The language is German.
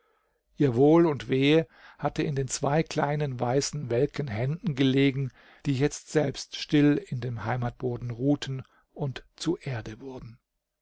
ihr wohl und wehe hatte in den zwei kleinen weißen welken händen gelegen die jetzt selbst still in dem heimatboden ruhten und zu erde wurden